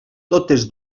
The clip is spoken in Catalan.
totes